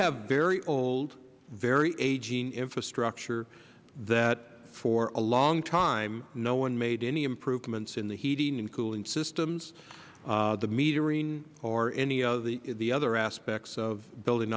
have very old very aging infrastructure where for a long time no one made any improvements in the heating and cooling systems in the metering or in any of the other aspects of building